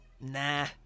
Nah